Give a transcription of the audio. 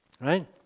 right